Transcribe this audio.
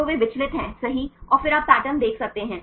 तो वे विचलित हैं सही और फिर आप पैटर्न देख सकते हैं